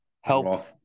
help